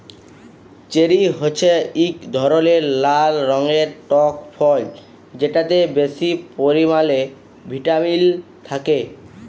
cherry হছে ইক ধরলের লাল রঙের টক ফল যেটতে বেশি পরিমালে ভিটামিল থ্যাকে